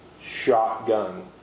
shotgun